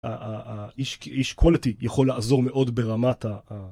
איש קולטי יכול לעזור מאוד ברמת ה...